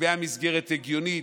נקבעה מסגרת הגיונית,